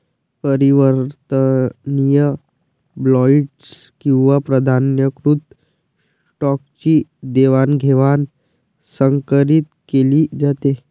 परिवर्तनीय बॉण्ड्स किंवा प्राधान्यकृत स्टॉकची देवाणघेवाण संकरीत केली जाते